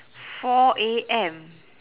four A_M